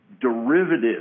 derivatives